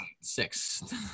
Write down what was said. Six